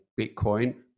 Bitcoin